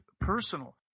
personal